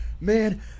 man